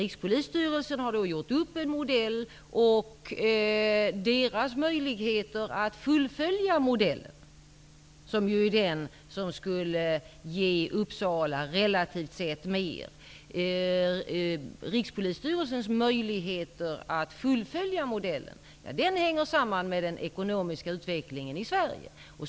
Rikspolisstyrelsen har nu gjort upp en modell som skulle ge Uppsala relativt sett mer. Men Rikspolisstyrelsens möjligheter att fullfölja denna modell hänger samman med den ekonomiska utvecklingen i Sverige.